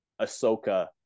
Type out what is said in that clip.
Ahsoka